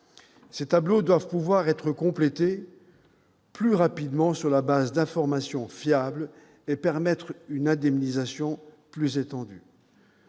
Ces tableaux doivent pouvoir être complétés plus rapidement sur la base d'informations fiables et permettre une indemnisation plus étendue.